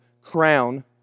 crown